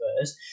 first